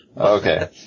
Okay